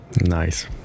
Nice